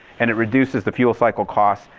and it reduces the fuel cycle costs,